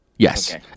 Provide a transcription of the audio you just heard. Yes